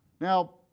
Now